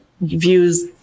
views